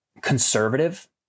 conservative